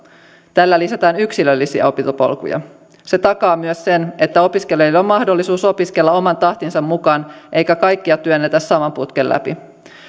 tällä lisätään yksilöllisiä opintopolkuja se takaa myös sen että opiskelijoilla on mahdollisuus opiskella oman tahtinsa mukaan eikä kaikkia työnnetä saman putken läpi